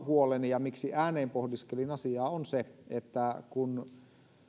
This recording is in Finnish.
huoleni ja miksi ääneen pohdiskelin asiaa liittyy siihen että kun